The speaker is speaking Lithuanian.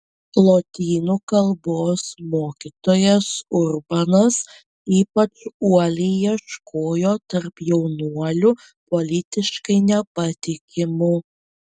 lotynų kalbos mokytojas urbanas ypač uoliai ieškojo tarp jaunuolių politiškai nepatikimų